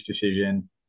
decision